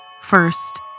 First